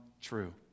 true